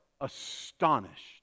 astonished